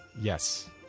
Yes